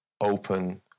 open